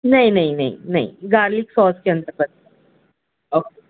نہیں نہیں نہیں نہیں گارلک ساس کے اندر رکھ اوکے